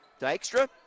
Dykstra